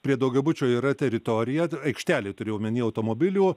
prie daugiabučio yra teritorija aikštelė turiu omeny automobilių